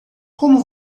como